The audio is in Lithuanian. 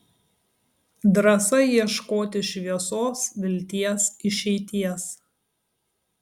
drąsa ieškoti šviesos vilties išeities